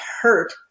hurt